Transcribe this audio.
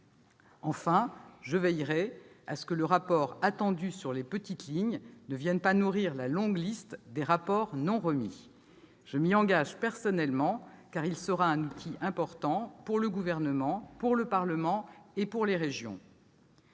Enfin, je veillerai à ce que le rapport attendu sur les « petites lignes » ne vienne pas nourrir la longue liste des rapports non remis. Je m'y engage personnellement, car il sera un outil important pour le Gouvernement, le Parlement et les régions.